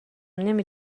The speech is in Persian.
نمی